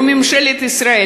ממשלת ישראל,